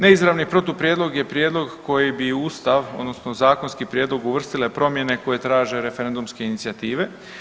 Neizravni protuprijedlog je prijedlog koji bi u ustav odnosno u zakonski prijedlog uvrstile promjene koje traže referendumske inicijative.